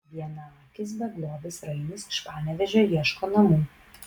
vienaakis beglobis rainis iš panevėžio ieško namų